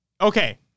Okay